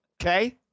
Okay